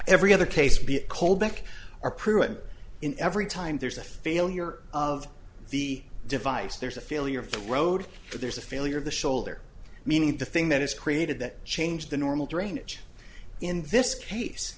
every other case be cold back or pruitt in every time there's a failure of the device there's a failure of the road or there's a failure of the shoulder meaning the thing that is created that change the normal drainage in this case